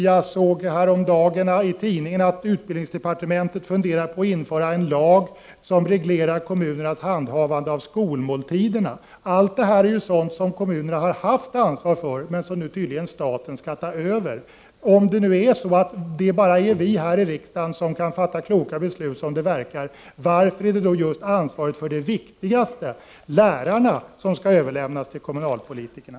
Jag såg häromdagen i tidningen att utbildningsdepartementet funderar på att införa en lag som reglerar kommunernas handhavande av skolmåltiderna. Allt detta är sådant som kommunerna har haft ansvaret för men som tydligen staten nu skall ta över. Om det bara är vi här i riksdagen som kan fatta kloka beslut — som det verkar — varför skall då just ansvaret för den viktigaste biten, nämligen lärarna, överlämnas till kommunalpolitikerna?